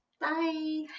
Bye